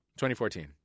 2014